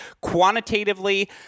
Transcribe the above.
Quantitatively